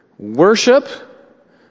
Worship